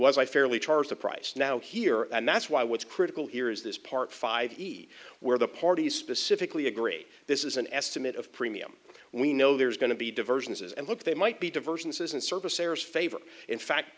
was i fairly charged the price now here and that's why what's critical here is this part five where the parties specifically agree this is an estimate of premium we know there's going to be diversions and look they might be diversions and service areas favor in fact